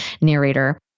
narrator